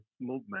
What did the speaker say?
movement